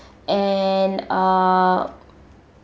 and uh